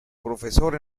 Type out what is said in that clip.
profesor